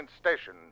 station